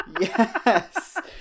yes